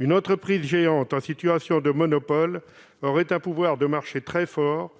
Une entreprise géante en situation de monopole aurait un pouvoir de marché très fort,